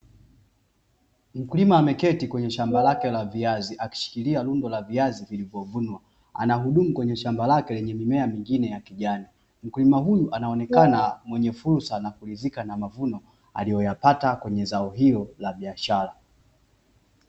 Mkulima ameketi kwenye shamba lake la viazi akishikilia rundo la viazi vilivyovunwa, anahudumu kwenye shamba lake lenye mimea mingine ya kijani, mkulima huyu anaonekana mwenye fursa na kuridhika na mavuno aliyoyapata kwenye zao hilo la biashara.